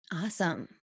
Awesome